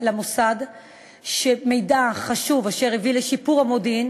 למוסד במהלך שירותו מידע חשוב אשר הביא לשיפור המודיעין